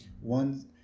One